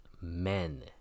men